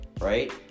right